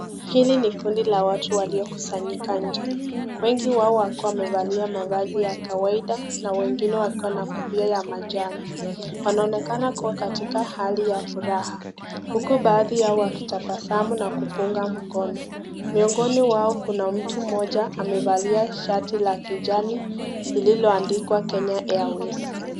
Hili ni kundi la watu waliokusanyika nje, wengi wao wakiwa wamevalia mavazi ya kawaida na wengine wakiwa na kofia ya majani. Wanaonekana kuwa katika hali ya furaha, huku baadhi yao wakitabasamu na kupunga mkono. Miongoni wao kuna mtu mmoja amevalia shati la kijani, lililoandikwa Kenya Airways.